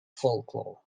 folklore